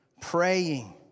praying